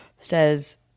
says